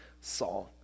song